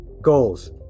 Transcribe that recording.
goals